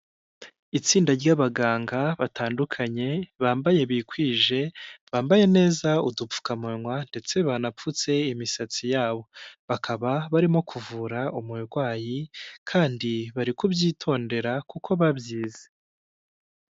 Itsinda ry'abaganga batandukanye bambaye bikwije bambaye neza udupfukamunwa ndetse banapfutse imisatsi yabo, bakaba barimo kuvura umurwayi kandi bari kubyitondera kuko babyize.